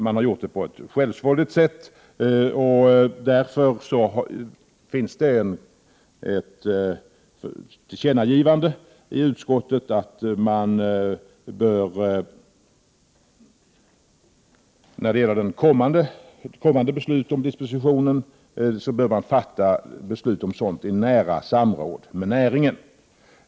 Man har agerat på ett självsvåldigt sätt. Utskottet föreslår därför att regeringen skall ges till känna att kommande beslut om dispositionen av ansvarsmedel bör fattas i nära samråd med näringen.